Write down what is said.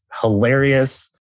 hilarious